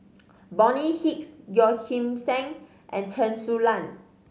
Bonny Hicks Yeoh Ghim Seng and Chen Su Lan